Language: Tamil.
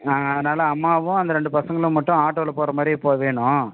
அதனால் அம்மாவும் அந்த ரெண்டு பசங்களும் மட்டும் ஆட்டோவில் போகிற மாதிரி இப்போது வேணும்